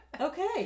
Okay